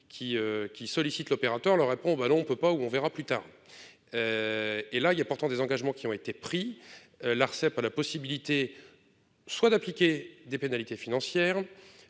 qui sollicitent l'opérateur leur répond ben non on ne peut pas ou on verra plus tard. Et là il y a pourtant des engagements qui ont été pris. L'Arcep a la possibilité. Soit d'appliquer des pénalités financières,